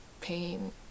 pain